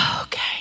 Okay